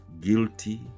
guilty